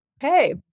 Hey